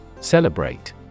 Celebrate